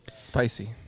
Spicy